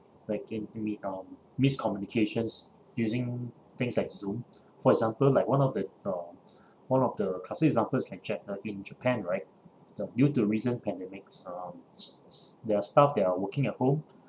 like in mi~ uh miscommunications using things like zoom for example like one of the uh one of the classic examples like ja~ uh in japan right uh due to recent pandemics um s~ s~ there are staff that are working at home